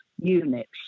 Units